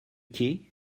key